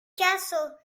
caso